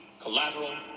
Collateral